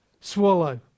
swallow